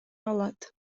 алат